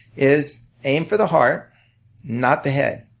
is aim for the heart not the head.